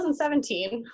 2017